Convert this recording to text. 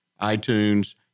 iTunes